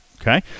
okay